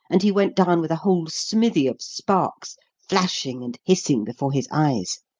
and he went down with a whole smithy of sparks flashing and hissing before his eyes.